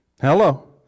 Hello